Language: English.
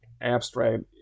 abstract